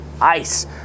ice